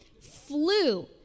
flew